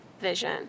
vision